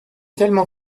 tellement